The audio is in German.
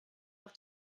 auf